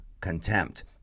contempt